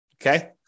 okay